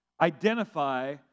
identify